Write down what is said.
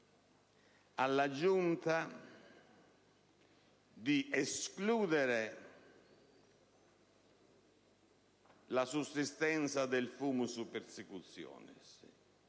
alla Giunta di escludere la sussistenza del *fumus* *persecutionis*